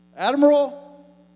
Admiral